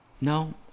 No